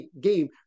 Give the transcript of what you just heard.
game